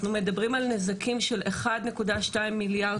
אנחנו מדברים על נזקים של 1.2 מיליארד